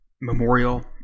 memorial